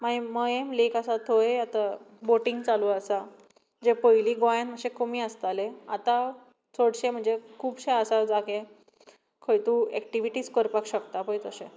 मागीर मयॅम लेक आसा थंय आतां बोटींग चालू आसा जें पयलीं गोंयांत अशें कमी आसतालें आतां चडशे म्हणजे खुबशे आसा जागे खंय तूं एक्टिविटीज करपाक शकता पळय तशे